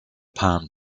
palm